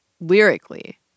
lyrically